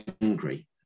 angry